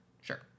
sure